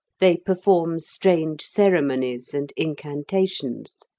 they perform strange ceremonies and incantations.